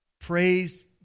Praise